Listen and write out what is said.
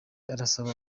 arasaba